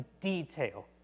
detail